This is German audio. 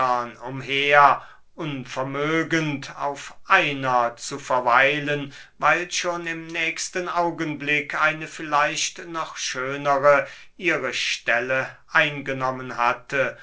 umher unvermögend auf einer zu verweilen weil schon im nächsten augenblick eine vielleicht noch schönere ihre stelle eingenommen hatte